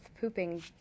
pooping